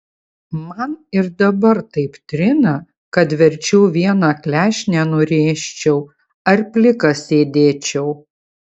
man ir dabar taip trina kad verčiau vieną klešnę nurėžčiau ar plikas sėdėčiau